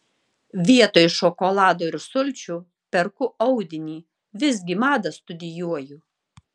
vietoj šokolado ir sulčių perku audinį visgi madą studijuoju